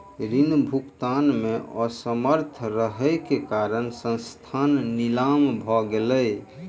ऋण भुगतान में असमर्थ रहै के कारण संस्थान नीलाम भ गेलै